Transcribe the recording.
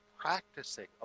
practicing